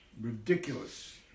ridiculous